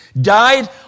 died